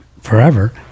forever